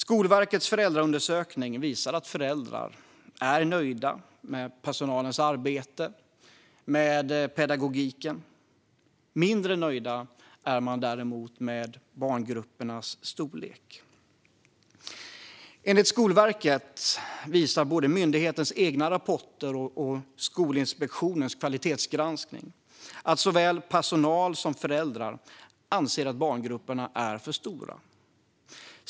Skolverkets föräldraundersökning visar att föräldrar är nöjda med personalens arbete och med pedagogiken. Mindre nöjda är de däremot med barngruppernas storlek. Både Skolverkets egna rapporter och Skolinspektionens kvalitetsgranskning visar att såväl personal som föräldrar anser att barngrupperna är för stora.